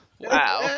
Wow